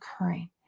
occurring